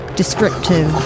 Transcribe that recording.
descriptive